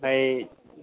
ओमफाय